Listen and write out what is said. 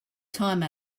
time